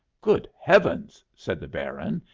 good heavens! said the baron,